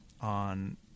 on